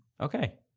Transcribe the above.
okay